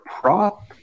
prop